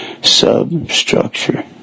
substructure